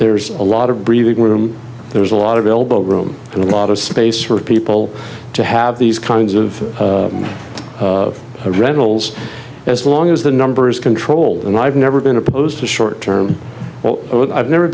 there's a lot of breathing room there's a lot of elbow room and a lot of space for people to have these kinds of rentals as long as the number is controlled and i've never been opposed to short term i've never